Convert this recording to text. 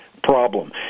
problem